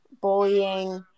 bullying